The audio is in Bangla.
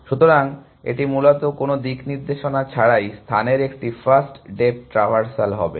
সুতরাং এটি মূলত কোন দিক নির্দেশনা ছাড়াই স্থানের একটি ফার্স্ট ডেপ্থ ট্রাভার্সাল হবে